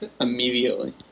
Immediately